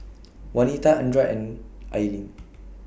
Wanita Andra and Ilene